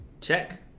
Check